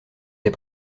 des